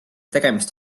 tegemist